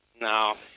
No